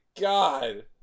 god